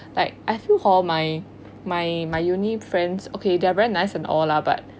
like I think [ho] my my my uni friends okay they are very nice and all lah but